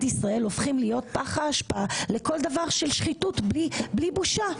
ישראל הופכים להיות פח האשפה לכל דבר של שחיתות בלי בושה.